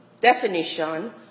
definition